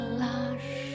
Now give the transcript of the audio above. lush